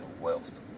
wealth